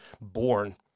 born